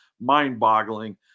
mind-boggling